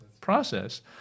process